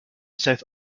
south